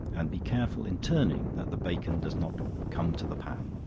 and be careful in turning, that the bacon does not come to the pan.